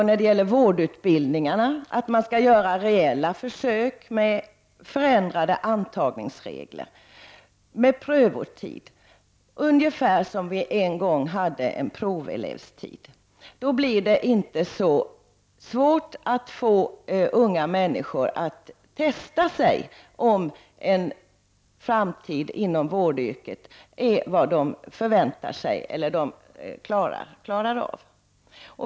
När det gäller vårdutbildningarna vill vi att man skall göra reella försök med förändrade antagningsregler med prövotid, ungefär som det en gång fanns en provelevstid. Då blir det inte så svårt för unga människor att testa om en framtid inom vårdyrket motsvarar vad de förväntar sig eller klarar av.